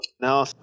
now